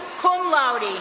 cum laude.